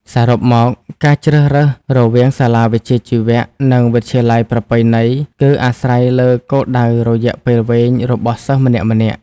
សរុបមក ការជ្រើសរើសរវាងសាលាវិជ្ជាជីវៈ និងវិទ្យាល័យប្រពៃណីគឺអាស្រ័យលើគោលដៅរយៈពេលវែងរបស់សិស្សម្នាក់ៗ។